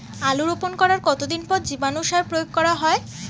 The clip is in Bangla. আলু রোপণ করার কতদিন পর জীবাণু সার প্রয়োগ করা হয়?